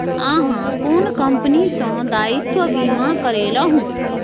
अहाँ कोन कंपनी सँ दायित्व बीमा करेलहुँ